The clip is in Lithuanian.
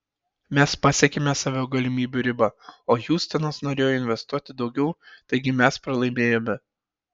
mes pasiekėme savo galimybių ribą o hjustonas norėjo investuoti daugiau taigi mes pralaimėjome